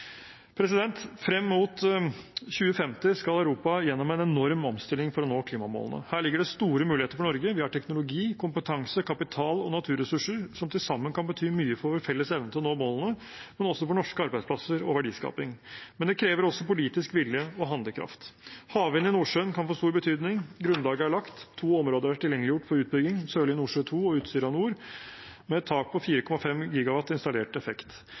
Frem mot 2050 skal Europa gjennom en enorm omstilling for å nå klimamålene. Her ligger det store muligheter for Norge. Vi har teknologi, kompetanse, kapital og naturressurser som til sammen kan bety mye for vår felles evne til å nå målene, men også for norske arbeidsplasser og verdiskaping. Men det krever også politisk vilje og handlekraft. Havvind i Nordsjøen kan få stor betydning, grunnlaget er lagt, to områder er tilgjengeliggjort for utbygging: Sørlige Nordsjø II og Utsira Nord, med et tak på 4,5 GWh installert effekt.